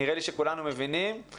נראה לי שכולנו מבינים את זה.